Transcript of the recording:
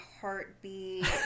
heartbeat